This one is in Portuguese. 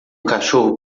cachorro